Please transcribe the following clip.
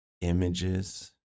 images